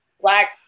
black